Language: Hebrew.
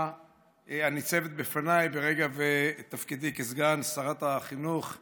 הניצבת בפניי ברגע שתפקידי כסגן שרת החינוך יאושר.